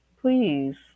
please